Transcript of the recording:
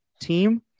team